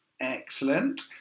Excellent